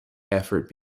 effort